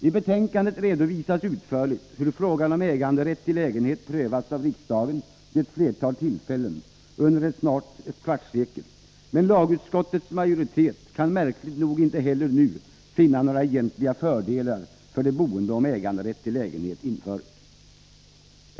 I betänkandet redovisas utförligt hur frågan om äganderätt till lägenhet prövats av riksdagen vid flera tillfällen under nu snart ett kvarts sekel, men lagutskottets majoritet kan märkligt nog inte heller nu finna några egentliga fördelar för de boende om äganderätt till lägenhet införs.